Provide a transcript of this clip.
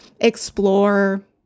explore